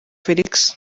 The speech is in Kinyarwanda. felix